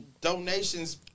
donations –